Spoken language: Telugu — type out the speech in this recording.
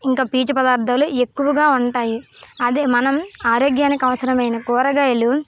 ఇంకా పీచు పదార్థాలు ఎక్కువగా ఉంటాయి అదే మనం ఆరోగ్యానికి అవసరమైన కూరగాయలు